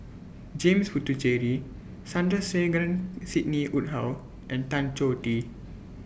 James Puthucheary Sandrasegaran Sidney Woodhull and Tan Choh Tee